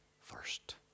first